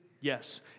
Yes